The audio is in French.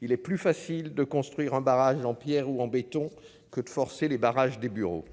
il est plus facile de construire un barrage en Pierre ou en béton que de forcer les barrages des bureaux.